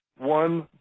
one,